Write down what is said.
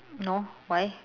no why